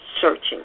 searching